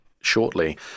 shortly